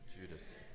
Judas